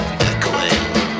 Echoing